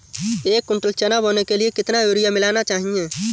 एक कुंटल चना बोने के लिए कितना यूरिया मिलाना चाहिये?